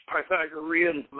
Pythagorean